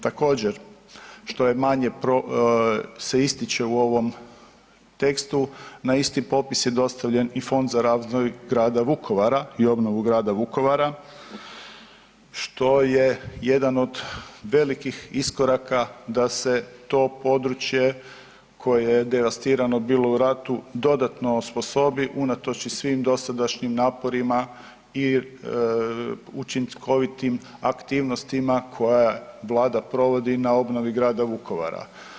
Također, što je manje se ističe u ovom tekstu na isti popis je dostavljen i Fond za razvoj grada Vukovara i obnovu grada Vukovara što je jedan od velikih iskoraka da se to područje koje je devastirano bilo u ratu dodatno osposobi unatoč i svim dosadašnjim naporima i učinkovitim aktivnostima koje Vlada provodi na obnovi grada Vukovara.